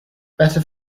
better